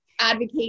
advocate